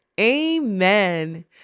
Amen